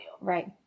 Right